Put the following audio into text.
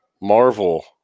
Marvel